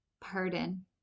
pardon